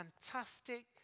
fantastic